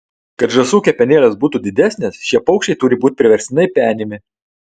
kad žąsų kepenėlės būtų didesnės šie paukščiai turi būti priverstinai penimi